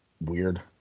weird